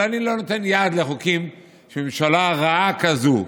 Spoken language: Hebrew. אני לא נותן יד לחוקים שממשלה רעה כזאת,